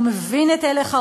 הוא מבין את הלך הרוח,